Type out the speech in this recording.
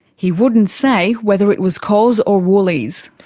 he wouldn't say whether it was coles or woolies.